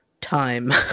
time